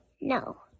no